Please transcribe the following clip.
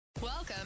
Welcome